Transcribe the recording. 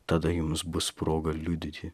tada jums bus proga liudyti